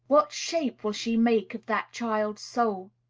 what shape will she make of that child's soul?